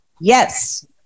Yes